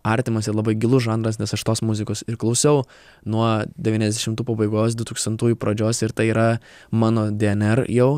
artimas ir labai gilus žanras nes aš tos muzikos ir klausau nuo devyniasdešimtų pabaigos dutūkstantųjų pradžios ir tai yra mano dnr jau